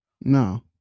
No